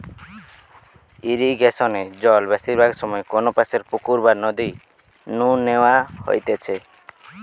ইরিগেশনে জল বেশিরভাগ সময় কোনপাশের পুকুর বা নদী নু ন্যাওয়া হইতেছে